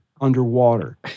underwater